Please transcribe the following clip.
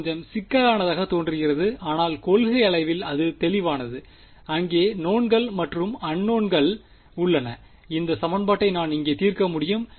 இது கொஞ்சம் சிக்கலானதாகத் தோன்றுகிறது ஆனால் கொள்கையளவில் அது தெளிவானது அங்கே நோவ்ன்கள் மற்றும் அன்னோன்கள் உள்ளன இந்த சமன்பாட்டை நான் இங்கே தீர்க்க முடியும்